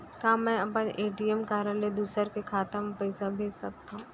का मैं अपन ए.टी.एम कारड ले दूसर के खाता म पइसा भेज सकथव?